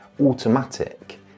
automatic